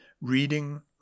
reading